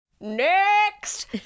Next